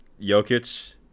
Jokic